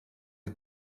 des